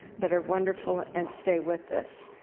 that are wonderful and stay with us.